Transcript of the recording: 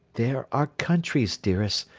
there are countries, dearest,